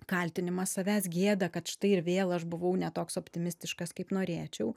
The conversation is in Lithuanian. kaltinimą savęs gėda kad štai ir vėl aš buvau ne toks optimistiškas kaip norėčiau